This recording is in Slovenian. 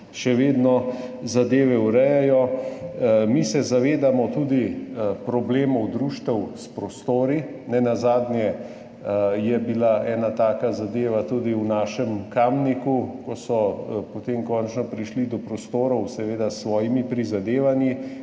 še vedno zadeve urejajo. Mi se zavedamo tudi problemov društev s prostori. Nenazadnje je bila neka taka zadeva tudi v našem Kamniku, ko so potem končno prišli do prostorov, seveda s svojimi prizadevanji.